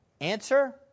Answer